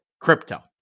Crypto